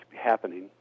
happening